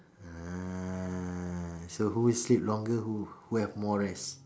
ah so who sleep longer who have more rest